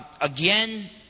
Again